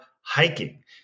hiking